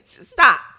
stop